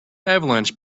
avalanche